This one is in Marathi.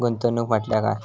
गुंतवणूक म्हटल्या काय?